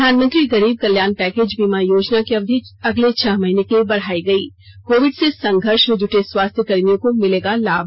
प्रधानमंत्री गरीब कल्याण पैकेज बीमा योजना की अवधि अगले छह महीने के लिए बढ़ायी गई कोविड से संघर्ष में जुटे स्वास्थ्य कर्मियों को मिलेगा लाभ